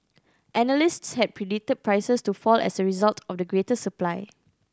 analysts had predicted prices to fall as a result of the greater supply